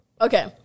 Okay